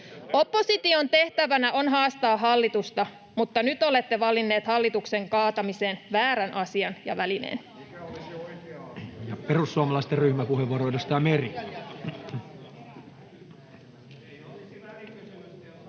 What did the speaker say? Opposition tehtävänä on haastaa hallitusta, mutta nyt olette valinneet hallituksen kaatamiseen väärän asian ja välineen. [Jussi Halla-aho: Mikä olisi oikea asia?